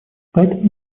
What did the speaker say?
поэтому